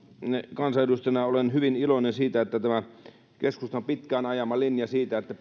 kansanedustajana olen hyvin iloinen siitä että toteutuu tämä keskustan pitkään ajama linja siitä että